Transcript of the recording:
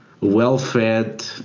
well-fed